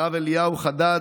הרב אליהו חדד,